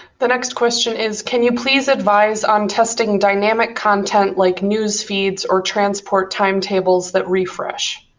the next question is, can you please advise on testing dynamic content like newsfeeds or transport timetables that refresh.